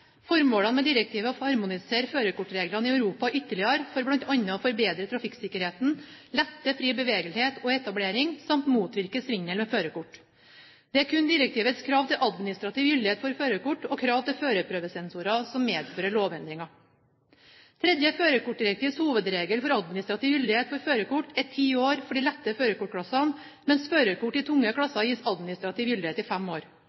Formålene med direktivet er å harmonisere førerkortreglene i Europa ytterligere for bl.a. å forbedre trafikksikkerheten, lette fri bevegelighet og etablering samt motvirke svindel med førerkort. Det er kun direktivets krav til administrativ gyldighet for førerkort og krav til førerprøvesensorer som medfører lovendringer. Tredje førerkortdirektivs hovedregel for administrativ gyldighet for førerkort er ti år for de lette førerkortklassene, mens førerkort i tunge klasser gis administrativ gyldighet i fem år.